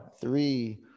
three